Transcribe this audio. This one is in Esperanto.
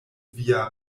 via